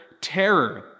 terror